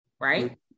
right